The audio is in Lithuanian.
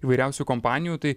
įvairiausių kompanijų tai